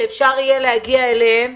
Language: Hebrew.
שאפשר יהיה להגיע אליהם.